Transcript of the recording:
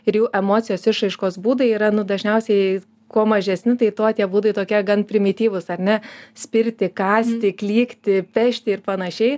ir jų emocijos išraiškos būdai yra nu dažniausiai kuo mažesni tai tuo tie būdai tokie gan primityvūs ar ne spirti kąsti klykti vežti ir panašiai